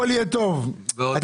מעניין אותנו --- לא,